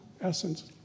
essence